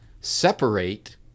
separate